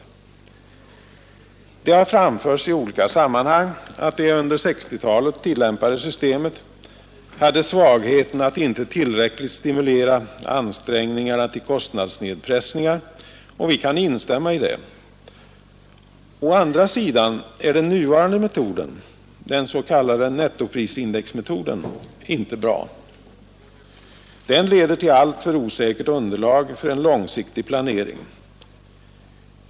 Det har framförts i olika sammanhang att det under 1960-talet tillämpade systemet hade svagheten att inte tillräckligt stimulera ansträngningarna till kostnadsnedpressningar. Vi kan instämma i det. A andra sidan är den nuvarande metoden, den s.k. nettoprisindex metoden, inte bra. Den leder till alltför osäkert underlag för en långsiktig planering.